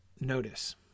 Notice